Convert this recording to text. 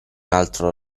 altro